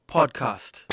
Podcast